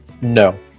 No